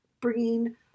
bringing